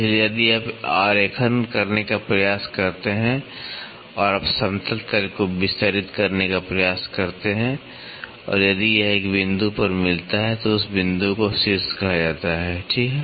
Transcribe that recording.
इसलिए यदि आप आरेखण करने का प्रयास करते हैं और आप समतल तल को विस्तारित करने का प्रयास करते हैं और यदि यह एक बिंदु पर मिलता है तो उस बिंदु को शीर्ष कहा जाता है ठीक है